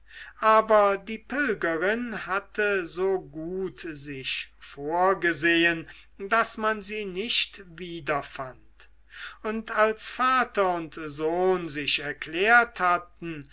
aber die pilgerin hatte so gut sich vorgesehen daß man sie nicht wiederfand und als vater und sohn sich erklärt hatten